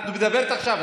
את מדברת עכשיו.